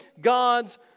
God's